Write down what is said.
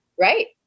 Right